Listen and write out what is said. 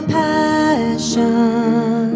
passion